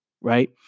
right